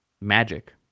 magic